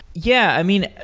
yeah. i mean,